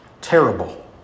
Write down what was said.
terrible